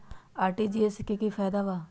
RTGS से की की फायदा बा?